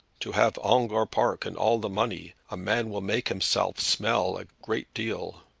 to have ongere park and all de money a man will make himself smell a great deal.